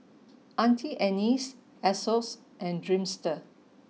Auntie Anne's Asos and Dreamster